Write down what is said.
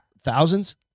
Thousands